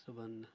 صبُحن